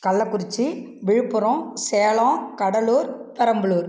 Kallakurichi Viluppuram Salem Cuddalore Perambalur